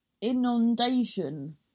Inundation